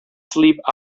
sleep